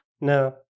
No